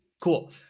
cool